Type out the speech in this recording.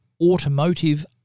Automotive